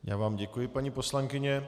Já vám děkuji, paní poslankyně.